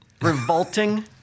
revolting